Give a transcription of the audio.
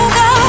go